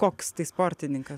koks tai sportininkas